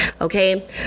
okay